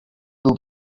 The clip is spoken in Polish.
był